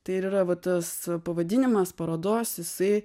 tai ir yra va tas pavadinimas parodos jisai